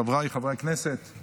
חבריי חברי הכנסת,